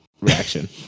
reaction